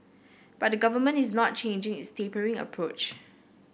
but the Government is not changing its tapering approach